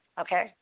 okay